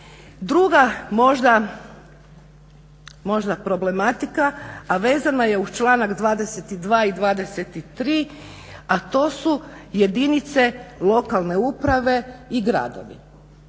Druga možda problematika, a vezana je uz članak 22.i 23., a to su jedinice lokalne uprave i gradove.